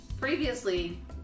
previously